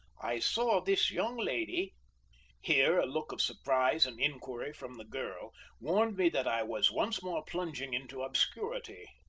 i saw this young lady here a look of surprise and inquiry from the girl warned me that i was once more plunging into obscurity.